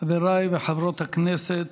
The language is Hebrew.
חבריי וחברות הכנסת,